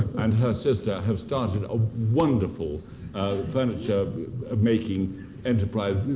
and her sister have started a wonderful furniture making enterprise.